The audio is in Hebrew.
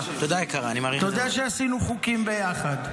אתה יודע שעשינו חוקים ביחד.